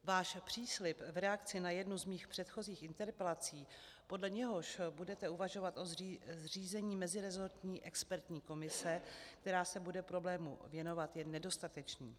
Váš příslib v reakci na jednu z mých předchozích interpelací, podle něhož budete uvažovat o zřízení meziresortní expertní komise, která se bude problému věnovat, je nedostatečný.